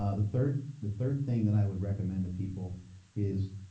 ah the third the third thing that i would recommend to people is,